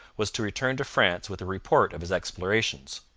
was to return to france with a report of his explorations.